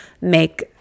make